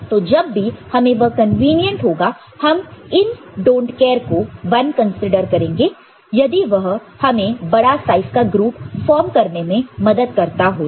तो जब भी हमें वह कन्वीनियंट होगा हम इन डोंट केयर को 1 कंसीडर करेंगे यदि वह हमें बड़े साइज का ग्रुप फॉर्म करने में मदद करता हो तो